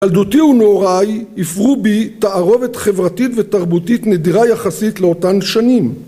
ילדותי ונעוריי הפרו בי תערובת חברתית ותרבותית נדירה יחסית לאותן שנים.